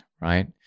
right